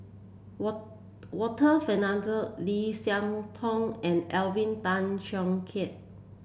Warren Fernandez Lim Siah Tong and Alvin Tan Cheong Kheng